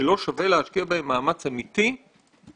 שלא שווה להשקיע בו מאמץ אמיתי להוריד